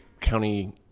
county